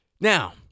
Now